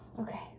Okay